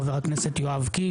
חבר הכנסת יואב קיש,